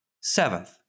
seventh